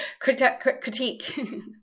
critique